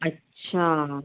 अच्छा